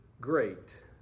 great